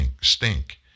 stink